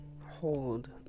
hold